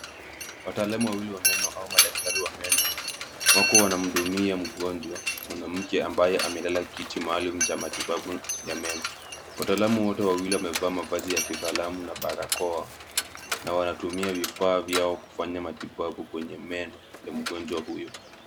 Wataalamu wawili wa meno au madaktari wa meno, wako wanamhudumia mgonjwa mwanamke ambaye amelala kiti maalum cha matibabu ya meno. Wataalamu wote wawili wamevaa mavazi ya kitaalamu na barakoa na wanatumia vifaa vyao kufanya matibabu kwenye meno ya mgonjwa huyu.